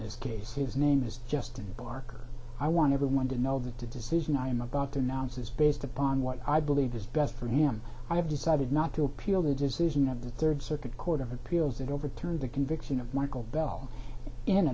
this case his name is justin barker i want everyone to know that the decision i am about to announce is based upon what i believe is best for him i have decided not to appeal the decision of the third circuit court of appeals that overturned the conviction of mychal bell in